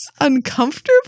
uncomfortable